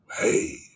hey